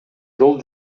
жол